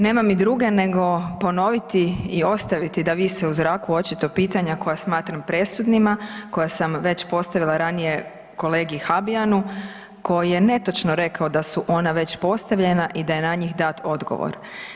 Nema mi druge nego ponoviti i ostaviti da vise u zraku očito pitanja koja smatram presudnima koja sam već postavila ranije kolegi Habijanu koji je netočno rekao da su ona već postavljena i da je na njih dat odgovor.